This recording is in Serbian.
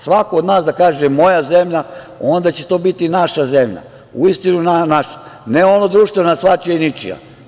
Svako od nas treba da kaže - moja zemlja i tek onda će to biti naša zemlja, uistinu naša, a ne ono - društvena, svačija i ničija.